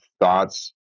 thoughts